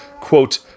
quote